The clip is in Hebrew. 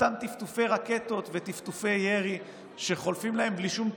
אותם טפטופי רקטות וטפטופי ירי שחולפים להם בלי שום תגובה,